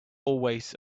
always